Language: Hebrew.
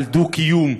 על דו-קיום,